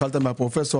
התחלת מהפרופסור,